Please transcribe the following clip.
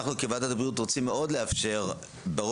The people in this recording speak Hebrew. אנו כוועדת הבריאות רוצים מאוד לאפשר בראש